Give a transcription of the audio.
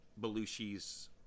Belushi's